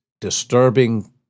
Disturbing